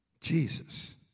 Jesus